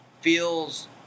feels